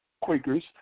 Quakers